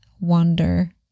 wonder